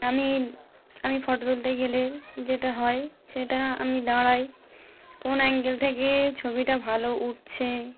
আমি আমি ফটো তুলতে গেলে যেটা হয় সেটা আমি দাঁড়াই কোন অ্যাঙ্গেল থেকে ছবিটা ভালো উঠছে